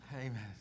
Amen